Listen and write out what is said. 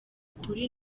kuri